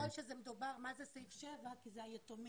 חשוב שתגיד לפרוטוקול במה מדובר בסעיף (7) כי זה היתומים,